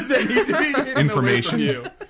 Information